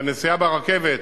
שהנסיעה ברכבת,